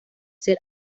ser